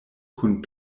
kun